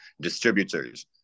distributors